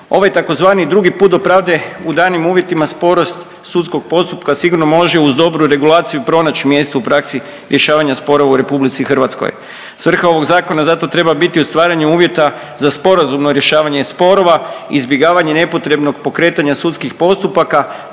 Ovaj tzv. dugi put do pravde u danim uvjetima sporost sudskog postupka sigurno može uz dobru regulaciju pronaći mjesto u Republici Hrvatskoj. Svrha ovog zakona zato treba biti od stvaranja uvjeta za sporazumno rješavanje sporova, izbjegavanje nepotrebnog pokretanja sudskih postupaka,